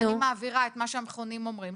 ואני מעבירה את מה שהמכונים אומרים,